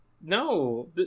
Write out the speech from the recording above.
No